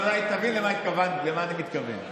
אבל אולי תבין למה אני מתכוון.